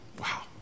Wow